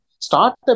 Startup